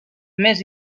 més